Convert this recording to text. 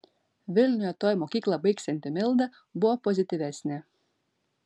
vilniuje tuoj mokyklą baigsianti milda buvo pozityvesnė